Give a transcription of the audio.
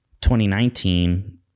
2019